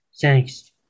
Thanks